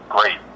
great